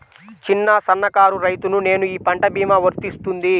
చిన్న సన్న కారు రైతును నేను ఈ పంట భీమా వర్తిస్తుంది?